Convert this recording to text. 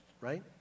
right